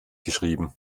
geschrieben